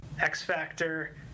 X-Factor